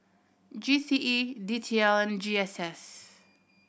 G C E D T L and G S S